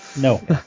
No